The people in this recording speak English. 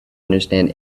understand